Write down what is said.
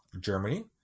Germany